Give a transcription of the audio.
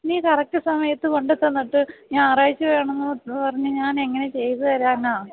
നീ കറക്റ്റ് സമയത്ത് കൊണ്ടുതന്നിട്ട് ഞായറാഴ്ച വേണമെന്ന് പറഞ്ഞാൽ ഞാനെങ്ങനെ ചെയ്ത് തരാനാണ്